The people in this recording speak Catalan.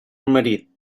marit